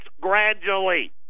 gradually